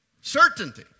Certainty